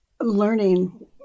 learning